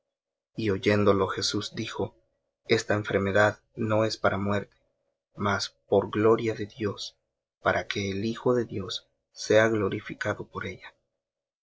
y oyéndolo jesús dijo esta enfermedad no es para muerte mas por gloria de dios para que el hijo de dios sea glorificado por ella